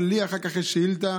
ואחר כך יש לי שאילתה